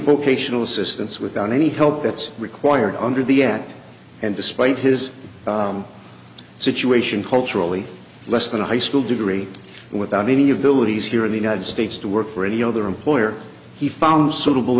vocational assistance without any help that's required under the act and despite his situation culturally less than a high school degree without any of billet he's here in the united states to work for any other employer he found suitable